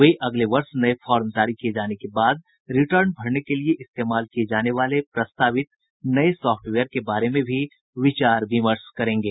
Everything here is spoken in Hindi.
वे अगले वर्ष नए फार्म जारी किए जाने के बाद रिटर्न भरने के लिए इस्तेमाल किए जाने वाले प्रस्तावित नए सॉफ्टवेयर के बारे में भी विचार विमर्श करेंगे